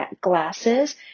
glasses